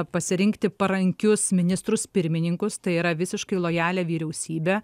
pasirinkti parankius ministrus pirmininkus tai yra visiškai lojalią vyriausybę